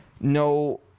no